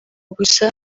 gusa